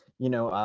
you know,